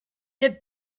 their